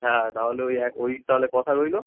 হ্যাঁ তাহলে ওই এক ওই তাহলে কথা রইলো